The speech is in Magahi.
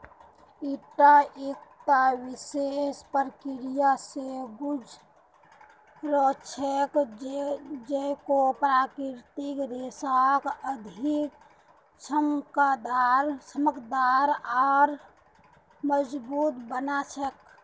ईटा एकता विशेष प्रक्रिया स गुज र छेक जेको प्राकृतिक रेशाक अधिक चमकदार आर मजबूत बना छेक